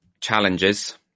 challenges